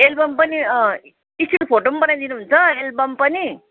album पनि still photo पनि बनाइदिनु हुन्छ एल्बम पनि